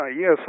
Yes